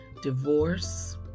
Divorce